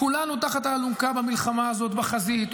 וכמו שכולנו תחת האלונקה במלחמה הזאת בחזית ובמילואים,